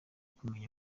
kumenya